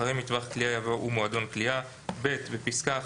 אחרי "מטווח קליעה" יבוא "ומועדון קליעה"; (ב)בפסקה (1),